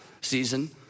season